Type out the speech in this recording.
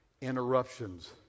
interruptions